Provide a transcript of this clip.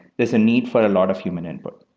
is a need for a lot of human input.